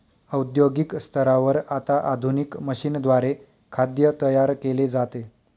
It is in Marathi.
औद्योगिक स्तरावर आता आधुनिक मशीनद्वारे खाद्य तयार केले जाते